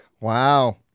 Wow